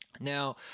Now